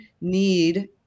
need